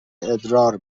ادرار